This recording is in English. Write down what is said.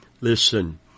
Listen